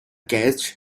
catch